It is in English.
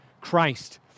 Christ